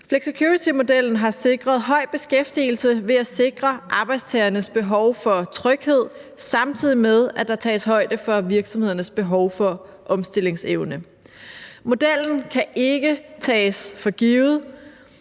Flexicuritymodellen har sikret høj beskæftigelse ved at sikre arbejdstagernes behov for tryghed, samtidig med at der tages højde for virksomhedernes behov for omstillingsevne. Modellen kan ikke tages for givet,